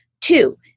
Two